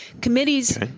committees